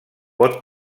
pot